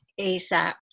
ASAP